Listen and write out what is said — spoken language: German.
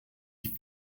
die